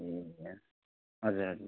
ए हजुर हजुर